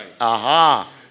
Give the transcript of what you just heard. Aha